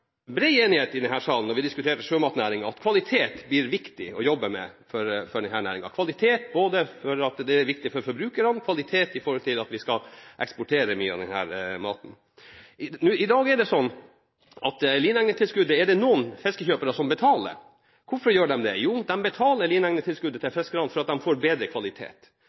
enighet i denne salen, når vi diskuterer sjømatnæringen, om at kvalitet blir viktig å jobbe med for denne næringen, både fordi kvalitet er viktig for forbrukerne, og fordi vi skal eksportere mye av denne maten. I dag er det sånn at lineegnetilskuddet er det noen fiskekjøpere som betaler. Hvorfor gjør de det? Jo, de betaler lineegnetilskuddet til fiskerne fordi de får bedre kvalitet.